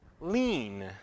lean